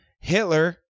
Hitler